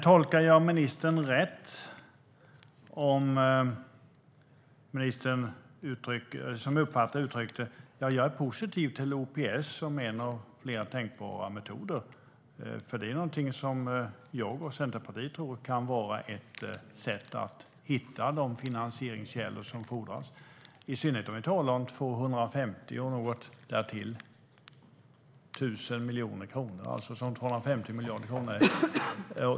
Tolkar jag ministern rätt när hon uttryckte - som jag uppfattade det - att hon är positiv till OPS som en av flera tänkbara metoder? Jag och Centerpartiet tror att det kan vara ett sätt att hitta de finansieringskällor som fordras, i synnerhet om vi talar om 250 miljarder kronor och mer.